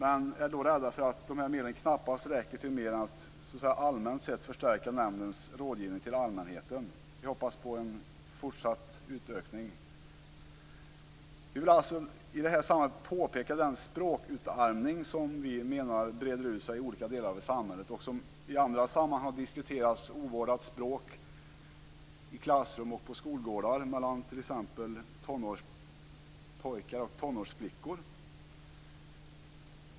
Vi är dock rädda att dessa medel knappast räcker till mer än att allmänt förstärka nämndens rådgivning till allmänheten. Vi hoppas på en fortsatt utökning. Vi vill i det här sammanhanget peka på den språkutarmning som vi menar breder ut sig i olika delar i samhället. Det har i andra sammanhang diskuterats ovårdat språk i klassrum och på skolgårdar mellan t.ex. tonårspojkar och tonårsflickor.